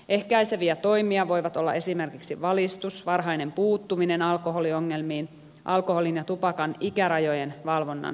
ehkäiseviä toimia voivat olla esimerkiksi valistus varhainen puuttuminen alkoholiongelmiin alkoholin ja tupakan ikärajojen valvonnan tukeminen